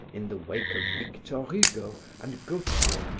in the wake of victor hugo and gautier,